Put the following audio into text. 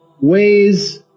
ways